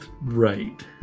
right